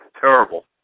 terrible